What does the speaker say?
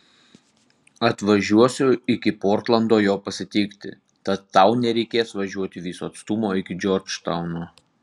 atvažiuosiu iki portlando jo pasitikti tad tau nereikės važiuoti viso atstumo iki džordžtauno